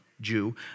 Jew